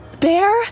Bear